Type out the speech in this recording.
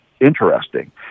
interesting